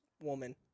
woman